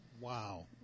Wow